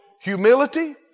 humility